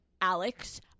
Alex